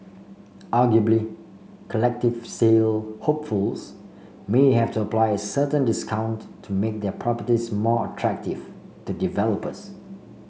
arguably collective sale hopefuls may have to apply certain discount to make their properties more attractive to developers